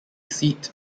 seat